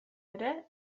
ere